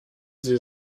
sie